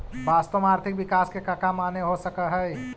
वास्तव में आर्थिक विकास के कका माने हो सकऽ हइ?